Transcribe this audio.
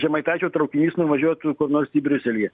žemaitaičio traukinys nuvažiuotų kur nors į briuselį